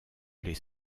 les